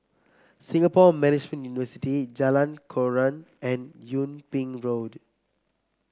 Singapore Management University Jalan Koran and Yung Ping Road